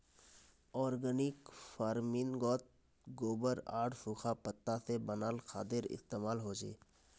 organic फर्मिन्गोत गोबर आर सुखा पत्ता से बनाल खादेर इस्तेमाल होचे